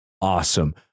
awesome